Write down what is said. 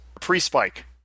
pre-spike